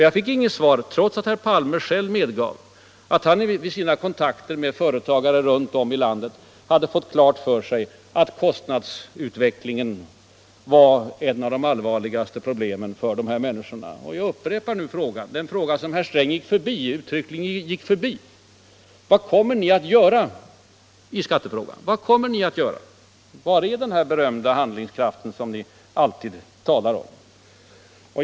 Jag fick inget svar trots att herr Palme medgav att han vid sina kontakter med företagare runt om i landet hade fått klart för sig att kostnadsutvecklingen var ett av de allvarligaste problemen för företagen. Jag upprepar nu frågan — den fråga som herr Sträng gick förbi: Vad kommer ni att göra åt skatteproblemet? Var är den berömda handlingskraft som ni alltid talar om?